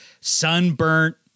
Sunburnt